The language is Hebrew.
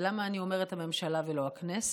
ולמה אני אומרת הממשלה ולא הכנסת?